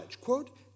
quote